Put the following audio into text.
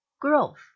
growth